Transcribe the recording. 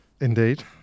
Indeed